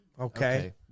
Okay